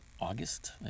August